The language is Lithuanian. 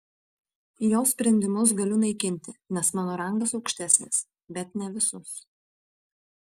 jo sprendimus galiu naikinti nes mano rangas aukštesnis bet ne visus